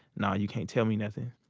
nah, you can't tell me nothing.